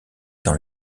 dans